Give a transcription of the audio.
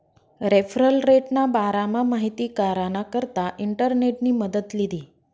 referral रेटना बारामा माहिती कराना करता इंटरनेटनी मदत लीधी